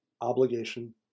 obligation